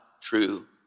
true